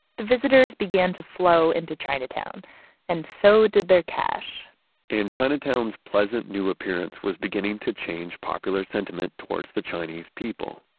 the visitors began to flow into chinatown and so did their cash and chinatown's pleasant new appearance was beginning to change popular sentiment towards the chinese people.